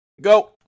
go